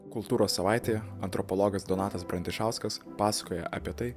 kultūros savaitėj antropologas donatas brandišauskas pasakoja apie tai